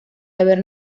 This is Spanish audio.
haber